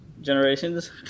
generations